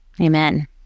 Amen